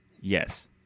yes